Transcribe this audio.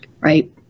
right